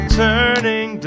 turning